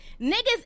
niggas